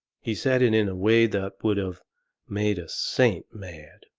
he said it in a way that would of made a saint mad.